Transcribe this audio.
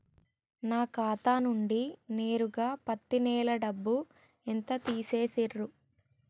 నా ఖాతా నుండి నేరుగా పత్తి నెల డబ్బు ఎంత తీసేశిర్రు?